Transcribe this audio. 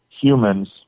humans